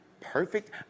Perfect